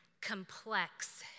complex